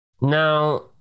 Now